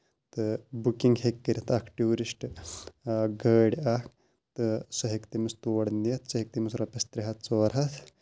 تہٕ بُکِنگ ہٮ۪کہِ کٔرِتھ اکھ ٹیوٗرِسٹ گٲڑ اکھ تہٕ سُہ ہٮ۪کہِ تٔمِس تور نِتھ سُہ ہیٚیہِ تٔمِس رۄپیِس ترٛےٚ ہَتھ ژور ہَتھ